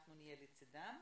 נהיה לצידם.